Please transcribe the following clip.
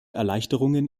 erleichterungen